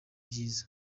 byiza